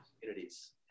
communities